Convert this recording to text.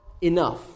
enough